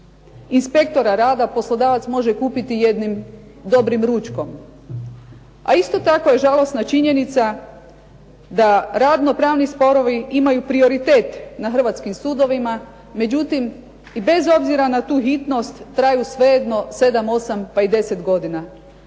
inspektora rada poslodavac može kupiti jednim dobrim ručkom, a isto je tako žalosna činjenica da radno pravni sporovi imaju prioritet na hrvatskim sudovima. Međutim, i bez obzira na tu hitnost traju svejedno sedam, osam pa i 10 godina.